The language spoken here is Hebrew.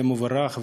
מבורך.